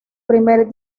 primer